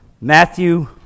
Matthew